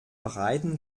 breiten